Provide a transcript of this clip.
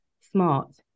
smart